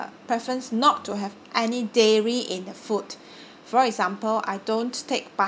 preference not to have any dairy in the food for example I don't take butter